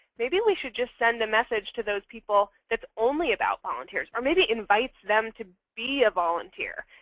maybe we should just send a message to those people that's only about volunteers. or maybe invite them to be a volunteer,